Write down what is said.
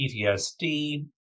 PTSD